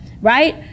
Right